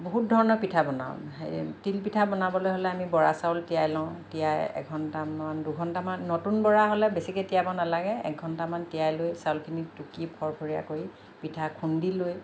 বহুত ধৰণৰ পিঠা বনাওঁ হেৰি তিল পিঠা বনাবলৈ হ'লে আমি বৰা চাউল তিয়াই লওঁ তিয়াই এঘন্টামান দুঘন্টামান নতুন বৰা হ'লে বেছিকে তিয়াব নালাগে এঘন্টামান তিয়াই লৈ চাউলখিনি টুকি ফৰফৰীয়া কৰি পিঠা খুন্দি লৈ